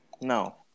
No